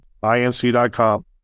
Inc.com